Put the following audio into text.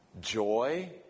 Joy